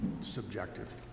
Subjective